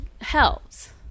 helps